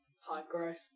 high-growth